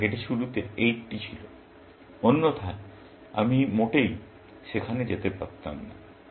ধরা যাক এটি শুরুতে ছিল 80 অন্যথায় আমি মোটেই সেখানে যেতে পারতাম না